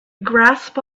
grasp